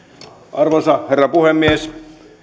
arvoisa herra puhemies